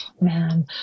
Man